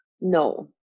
No